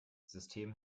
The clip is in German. system